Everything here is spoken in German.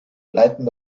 leiten